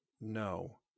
No